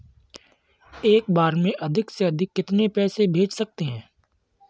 एक बार में अधिक से अधिक कितने पैसे भेज सकते हैं?